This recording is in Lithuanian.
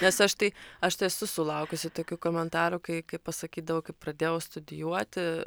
nes aš tai aš tai esu sulaukusi tokių komentarų kai pasakydavau kaip pradėjau studijuoti